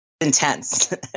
intense